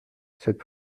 cette